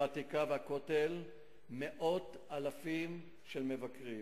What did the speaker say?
העתיקה ובכותל מאות אלפים של מבקרים,